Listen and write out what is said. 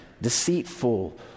deceitful